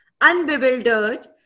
unbewildered